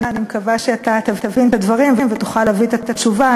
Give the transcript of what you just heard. אני מקווה שאתה תבין את הדברים ותוכל להביא את התשובה,